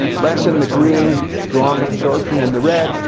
less in the green. strong absorption in the red.